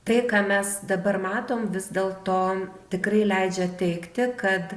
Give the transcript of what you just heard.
tai ką mes dabar matom vis dėlto tikrai leidžia teigti kad